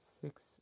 six